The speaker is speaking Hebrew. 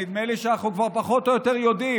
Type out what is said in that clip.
ונדמה לי שאנחנו פחות או יותר יודעים.